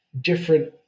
different